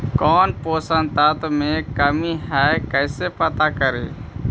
कौन पोषक तत्ब के कमी है कैसे पता करि?